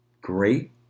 great